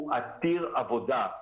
הוא עתיר עבודה.